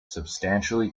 substantially